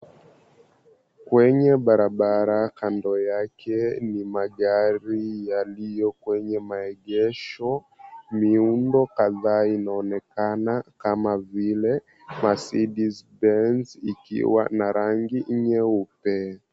Kwenye barabara kando yake ni magari yaliyo kwenye maegesho. Miundo kadhaa inaonekana kama vile Marcedes- Benz ikiwa na rang nyeupe.